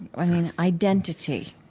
i mean, identity